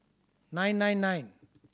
nine nine nine